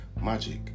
magic